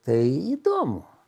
tai įdomu